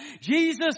Jesus